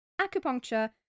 Acupuncture